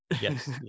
Yes